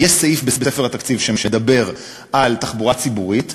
אם יש סעיף בספר התקציב שמדבר על תחבורה ציבורית,